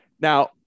Now